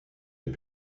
est